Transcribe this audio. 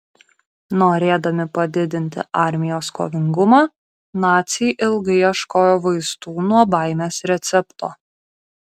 norėdami padidinti armijos kovingumą naciai ilgai ieškojo vaistų nuo baimės recepto